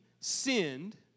sinned